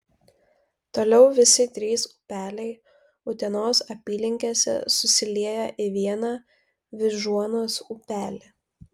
toliau visi trys upeliai utenos apylinkėse susilieja į vieną vyžuonos upelį